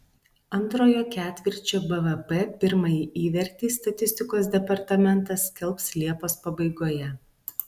antrojo ketvirčio bvp pirmąjį įvertį statistikos departamentas skelbs liepos pabaigoje